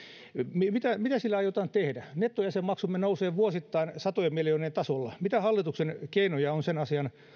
mitä mitä sille aiotaan tehdä nettojäsenmaksumme nousee vuosittain satojen miljoonien tasolla mitä keinoja hallituksella on sen asian